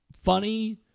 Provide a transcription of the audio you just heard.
funny